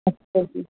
ਅੱਛਾ ਜੀ